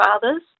fathers